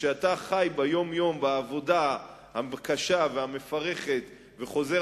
שכשאתה חי ביום-יום בעבודה הקשה והמפרכת וחוזר